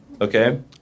okay